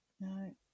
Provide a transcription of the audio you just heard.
no